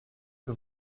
que